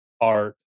art